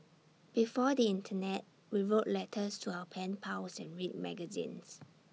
before the Internet we wrote letters to our pen pals and read magazines